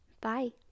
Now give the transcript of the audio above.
bye